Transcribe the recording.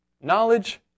knowledge